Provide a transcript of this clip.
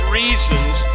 reasons